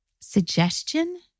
suggestion